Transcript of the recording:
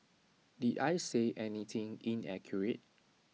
did I say anything inaccurate